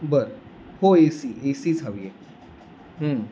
बरं हो A C A सीच हवी आहे